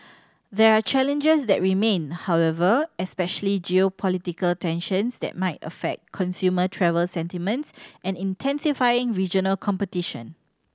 there are challenges that remain however especially geopolitical tensions that might affect consumer travel sentiments and intensifying regional competition